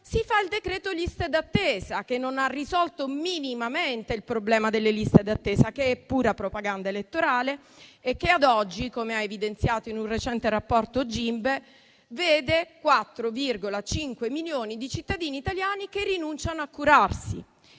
è fatto il decreto liste d'attesa, che non ha risolto minimamente il problema delle liste d'attesa e che è pura propaganda elettorale; ad oggi, infatti, come ha evidenziato Gimbe in un recente rapporto, 4,5 milioni di cittadini italiani che rinunciano a curarsi.